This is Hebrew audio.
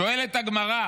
שואלת הגמרא: